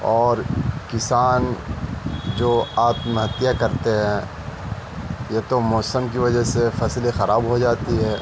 اور کسان جو آتم ہتیا کرتے ہیں یا تو موسم کی وجہ سے فصلیں خراب ہو جاتی ہے